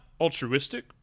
altruistic